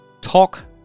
Talk